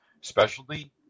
Specialty